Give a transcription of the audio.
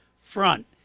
front